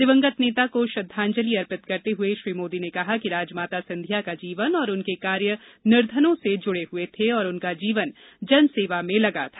दिवंगत नेता को श्रद्वांजलि अर्पित करते हुए श्री मोदी ने कहा कि राजमाता सिंधिया का जीवन और उनके कार्य निर्धनों से जुड़े हुए थे और उनका जीवन जन सेवा में लगा था